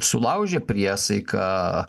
sulaužė priesaiką